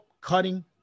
cutting